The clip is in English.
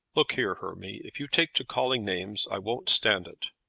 look here, hermy, if you take to calling names i won't stand it.